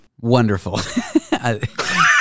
wonderful